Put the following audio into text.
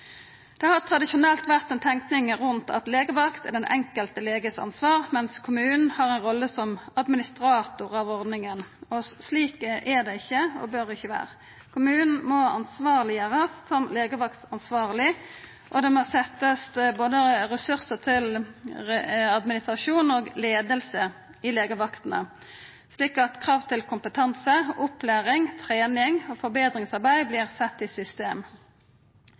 Det har tradisjonelt vore ei tenking rundt at legevakta er ansvaret til den enkelte legen, mens kommunen har rolla som administrator av ordninga. Slik er det ikkje og bør det ikkje vera. Kommunane må vera legevaktansvarlege, og det må setjast av ressursar til både administrasjon og leiing i legevaktene, slik at krav til kompetanse, opplæring, trening og forbetringsarbeid vert sett i system.